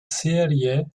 serie